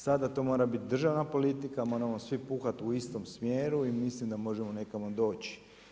Sada to mora biti državna politika, moramo svi puhat u istom smjeru i mislim da možemo nekamo doći.